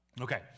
Okay